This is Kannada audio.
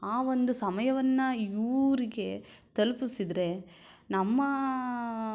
ಆ ಒಂದು ಸಮಯವನ್ನು ಇವ್ರಿಗೆ ತಲುಪಿಸಿದರೆ ನಮ್ಮ